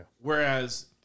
Whereas